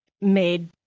made